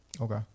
Okay